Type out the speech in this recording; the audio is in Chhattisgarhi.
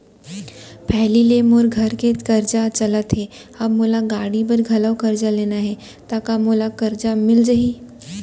पहिली ले मोर घर के करजा ह चलत हे, अब मोला गाड़ी बर घलव करजा लेना हे ता का मोला करजा मिलिस जाही?